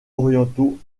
orientaux